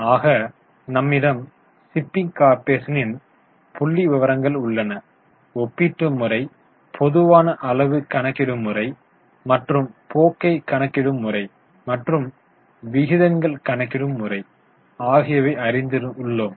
ஆக நம்மிடம் ஷிப்பிங் கார்ப்பரேஷனின் புள்ளிவிவரங்கள் உள்ளன ஒப்பீட்டு முறை பொதுவான அளவு கணக்கிடும் முறை மற்றும் போக்கைக் கணக்கிடும் முறை மற்றும் விகிதங்கள் கணக்கிடும் முறை ஆகியவை அறிந்துள்ளோம்